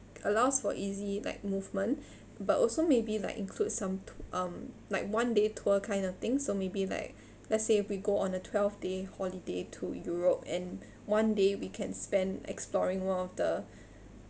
allows for easy like movement but also maybe like include some um like one day tour kind of thing so maybe like let's say if we go on a twelve day holiday to europe and one day we can spend exploring one of the